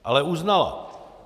Ale uznala.